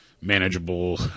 manageable